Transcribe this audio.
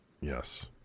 Yes